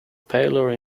paler